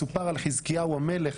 מסופר על חזקיה המלך